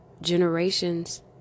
generations